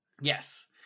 yes